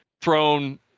thrown